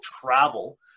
travel